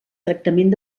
tractament